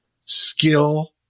skill